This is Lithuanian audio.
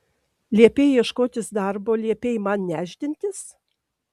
liepei ieškotis darbo liepei man nešdintis